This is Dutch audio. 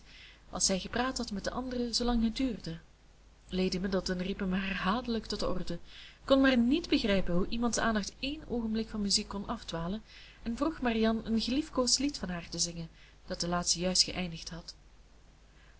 als hij gepraat had met de anderen zoolang het duurde lady middleton riep hem herhaaldelijk tot de orde kon maar niet begrijpen hoe iemands aandacht één oogenblik van muziek kon afdwalen en vroeg marianne een geliefdkoosd lied van haar te zingen dat de laatste juist geëindigd had